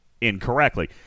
incorrectly